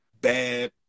bad